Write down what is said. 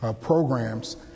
programs